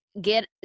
get